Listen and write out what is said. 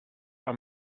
are